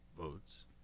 votes